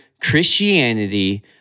Christianity